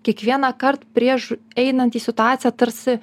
kiekvienąkart prieš einant į situaciją tarsi